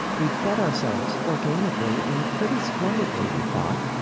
we'd fed ourselves organically, and pretty splendidly we thought,